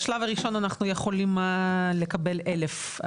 בשלב הראשון אנחנו יכולים לקבל 1000 עולים.